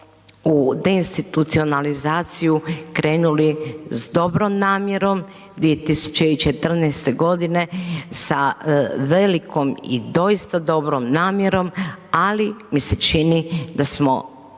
u deinstitucionalizaciju krenuli s dobrom namjerom 2014.g. sa velikom i doista dobrom namjerom, ali mi se čini da smo